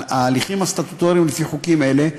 ההליכים הסטטוטוריים לפי חוקים אלה,